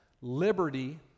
liberty